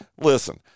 listen